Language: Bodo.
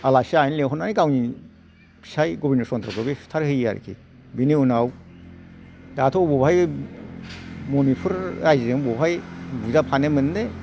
आलासि जाहैनो लिंहरनानै गावनि फिसाय गबिन्द चन्द्रखौ बि सुथार होयो आरोखि बेनि उनाव दाथ' अबावहाय मनिफुर राज्योजों बहाय बुजाबफानो मोननो